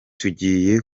tugiye